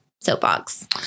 soapbox